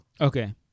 Okay